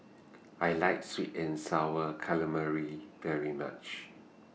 I like Sweet and Sour Calamari very much